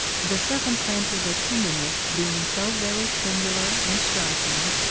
the circumstances attending it being so very singular and striking,